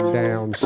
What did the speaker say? down